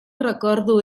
recordo